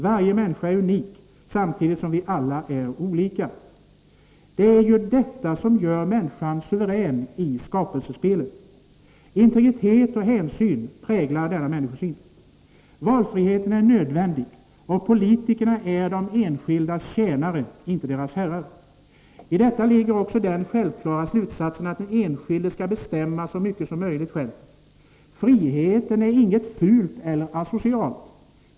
Varje människa är unik, vi är alla olika. Det är ju detta som gör människan suverän i skapelsen. Integritet och hänsyn präglar denna människosyn. Valfrihet är en nödvändighet, och politikerna är de enskildas tjänare, inte deras herrar. I detta ligger också den självklara slutsatsen att de enskilda skall bestämma så mycket som möjligt själva. Friheten är inget fult eller asocialt.